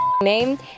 name